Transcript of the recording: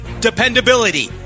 Dependability